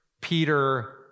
Peter